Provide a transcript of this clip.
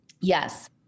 Yes